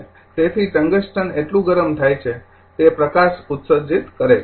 તેથી ટંગસ્ટન એટલું ગરમ થાય છે તે પ્રકાશ ઉત્સર્જિત થાય છે